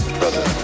brother